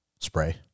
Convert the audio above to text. spray